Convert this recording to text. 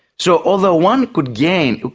so although one could gain.